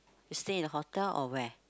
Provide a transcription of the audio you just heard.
you stay in hotel or where